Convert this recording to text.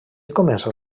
comença